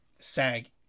SAG